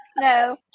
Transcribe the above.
No